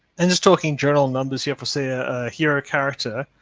and just talking journal numbers here for say a hero character.